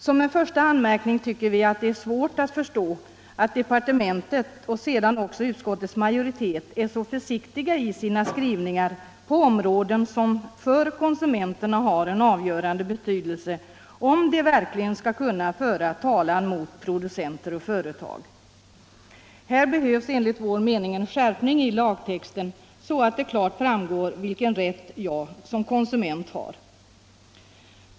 Som en första anmärkning tycker vi att det är svårt att förstå att departementet och sedan även utskottets majoritet är så försiktiga i sina skrivningar på områden som för konsumenterna har en avgörande betydelse, om de verkligen skall kunna föra talan mot producenter och företag. Här behövs enligt vår mening en skärpning i lagtexten så att det klart framgår vilken rätt jag som konsument har.